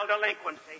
delinquency